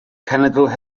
cenedl